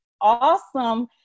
awesome